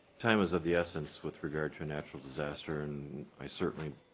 time is of the essence with regard to national disasters and i certainly